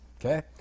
okay